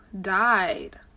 died